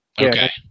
Okay